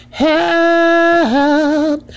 help